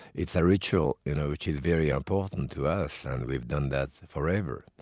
it's a ritual you know which is very important to us, and we've done that forever.